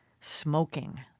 smoking